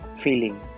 feeling